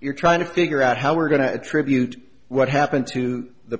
you're trying to figure out how we're going to attribute what happened to the